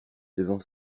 devant